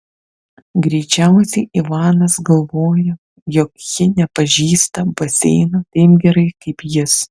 greičiausiai ivanas galvoja jog ji nepažįsta baseino taip gerai kaip jis